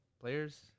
players